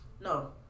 No